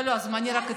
לא, זמני רק התחיל.